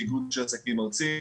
איגוד עסקים ארצי,